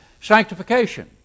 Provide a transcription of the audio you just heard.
Sanctification